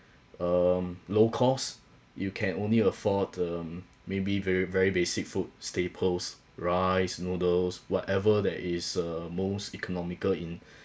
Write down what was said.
um low cost you can only afford um maybe very very basic food staples rice noodles whatever there is uh most economical in